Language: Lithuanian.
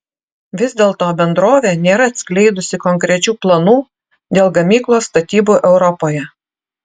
vis dėlto bendrovė nėra atskleidusi konkrečių planų dėl gamyklos statybų europoje